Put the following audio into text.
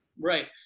Right